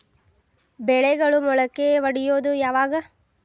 ಬೆಳೆಗಳು ಮೊಳಕೆ ಒಡಿಯೋದ್ ಯಾವಾಗ್?